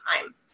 time